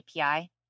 API